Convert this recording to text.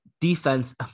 defense